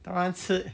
当然是